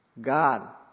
God